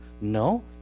No